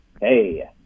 Hey